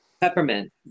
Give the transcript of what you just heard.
Peppermint